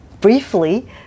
briefly